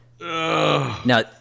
Now